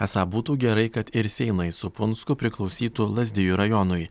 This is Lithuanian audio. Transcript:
esą būtų gerai kad ir seinai su punsku priklausytų lazdijų rajonui